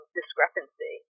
discrepancy